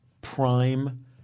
prime